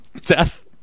death